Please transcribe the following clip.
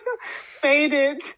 faded